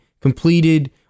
completed